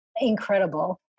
incredible